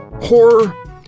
Horror